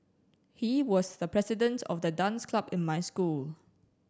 he was the president of the dance club in my school